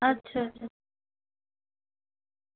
अच्छा अच्छा